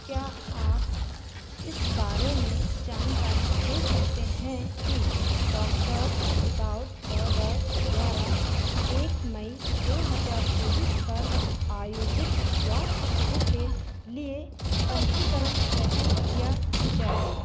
क्या आप इस बारे में जानकारी दे सकते हैं कि डाक्टर विदाउट बॉडर द्वारा एक मई दो हज़ार चौबीस पर आयोजित स्वास्थ्य शिविर के लिए पंजीकरण कैसे किया जाए